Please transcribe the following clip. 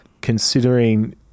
considering